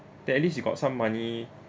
then at least you got some money